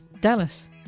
Dallas